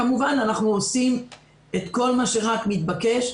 כמובן אנחנו עושים את כל מה שרק מתבקש,